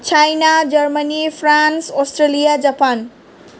China Germany France Australia Japan